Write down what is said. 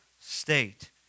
state